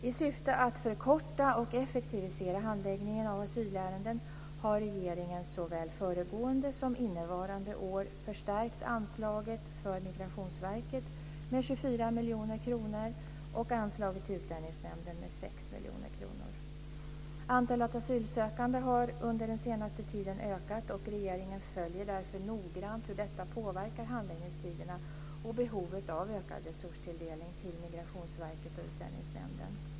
I syfte att förkorta och effektivisera handläggningen av asylärenden har regeringen såväl föregående som innevarande år förstärkt anslaget till Migrationsverket med 24 miljoner kronor och anslaget till Antalet asylsökande har under den senaste tiden ökat och regeringen följer därför noggrant hur detta påverkar handläggningstiderna och behovet av ökad resurstilldelning till Migrationsverket och Utlänningsnämnden.